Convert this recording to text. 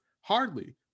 Hardly